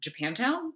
Japantown